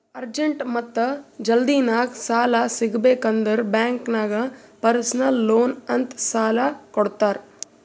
urgent ಮತ್ತ ಜಲ್ದಿನಾಗ್ ಸಾಲ ಸಿಗಬೇಕ್ ಅಂದುರ್ ಬ್ಯಾಂಕ್ ನಾಗ್ ಪರ್ಸನಲ್ ಲೋನ್ ಅಂತ್ ಸಾಲಾ ಕೊಡ್ತಾರ್